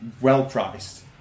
well-priced